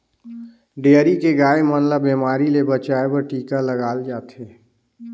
dairy के गाय मन ल बेमारी ले बचाये बर टिका लगाल जाथे